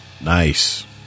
Nice